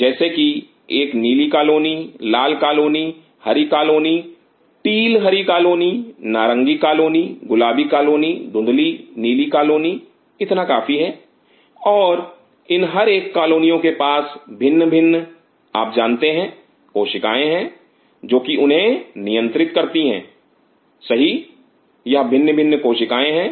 जैसे कि एक नीली कॉलोनी लाल कॉलोनी हरी कॉलोनी टील हरी कॉलोनी नारंगी कॉलोनी गुलाबी कॉलोनी धुंधली नीली कॉलोनी इतना काफी है और इन हर एक कालोनियों के पास भिन्न भिन्न आप जानते हैं कोशिकाएं हैं जो कि उन्हें नियंत्रित करती हैं सही यह भिन्न भिन्न कोशिकाएं हैं